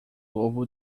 ovo